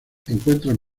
encuentran